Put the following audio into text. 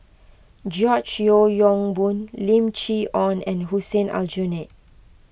George Yeo Yong Boon Lim Chee Onn and Hussein Aljunied